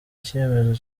icyemezo